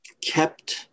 kept